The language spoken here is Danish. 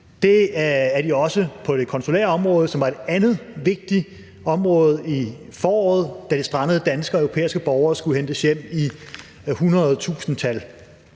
Det er de også på det konsulære område, som var et andet vigtigt område i foråret, da de strandede danske og europæiske borgere skulle hentes hjem i